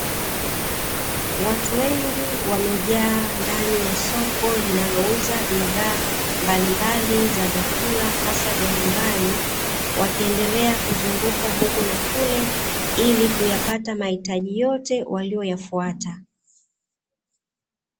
Watu wengi wamejaa ndani ya soko linalouza bidhaa mbalimbali za vyakula hasa vya nyumbani, wakienelea kuzunguka huku na kule ili kuyapata mahitaji yote waliyoyafuata